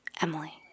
Emily